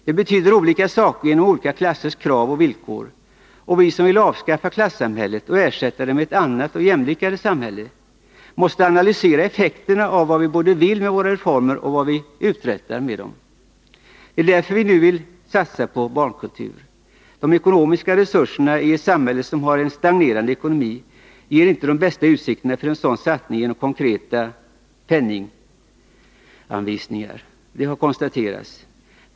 Den betyder olika saker med hänsyn till olika klassers krav och villkor. Och vi som vill avskaffa klassamhället och ersätta det med ett annat och jämlikare samhälle måste analysera både vad vi vill med våra reformer och effekterna av dem. Det är därför vi nu vill satsa på barnkultur. De ekonomiska resurserna i ett samhälle som har en stagnerande ekonomi ger inte de bästa utsikterna för en sådan satsning genom konkreta penninganvisningar — det har konstaterats.